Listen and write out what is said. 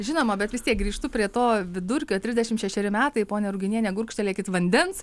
žinoma bet vis tiek grįžtu prie to vidurkio trisdešimt šešeri metai ponia ruginiene gurkštelėkit vandens